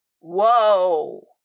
Whoa